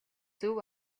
зөв